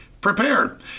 prepared